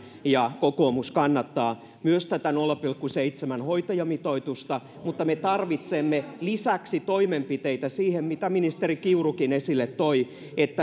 ja myös kokoomus kannattaa tätä nolla pilkku seitsemän hoitajamitoitusta mutta me tarvitsemme lisäksi toimenpiteitä siihen mitä ministeri kiurukin esille toi